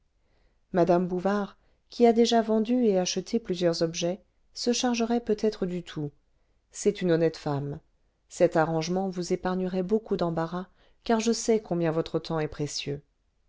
mme bouvard qui a déjà vendu et acheté plusieurs objets se chargerait peut-être du tout c'est une honnête femme cet arrangement vous épargnerait beaucoup d'embarras car je sais combien votre temps est précieux